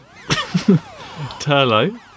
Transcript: Turlo